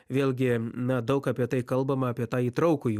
vėlgi na daug apie tai kalbama apie tą įtraukųjį